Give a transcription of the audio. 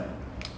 ya